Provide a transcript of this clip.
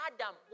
Adam